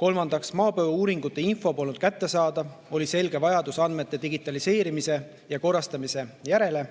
kolmandaks, maapõueuuringute info polnud kättesaadav, oli selge vajadus andmete digitaliseerimise ja korrastamise järele;